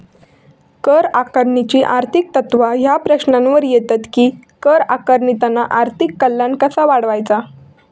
कर आकारणीची आर्थिक तत्त्वा ह्या प्रश्नावर येतत कि कर आकारणीतना आर्थिक कल्याण कसा वाढवायचा?